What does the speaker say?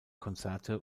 konzerte